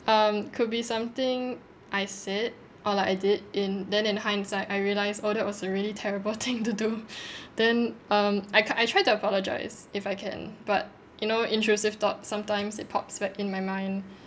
um could be something I said or like I did in then in hindsight I realise oh that was a really terrible thing to do then um I I try to apologise if I can but you know intrusive thoughts sometimes it pops back in my mind